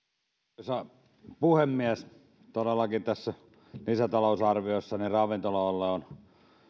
arvoisa puhemies todellakin tässä lisätalousarviossa ravintola alalle on